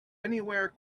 anywhere